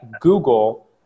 Google